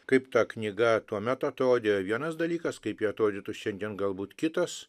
kaip ta knyga tuomet atrodė vienas dalykas kaip ji atrodytų šiandien galbūt kitas